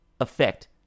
effect